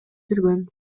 жүргөн